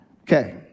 Okay